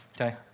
Okay